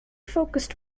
focused